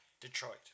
Detroit